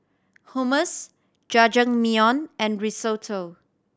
Hummus Jajangmyeon and Risotto